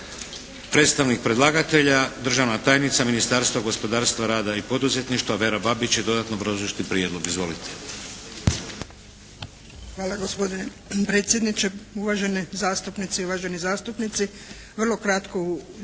Predstavnik predlagatelja državna tajnica Ministarstva gospodarstva, rada i poduzetništva Vera Babić će dodatno obrazložiti prijedlog. Izvolite. **Babić, Vera** Hvala gospodine predsjedniče. Uvažene zastupnice i uvaženi zastupnici. Vrlo kratko u